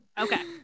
Okay